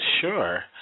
Sure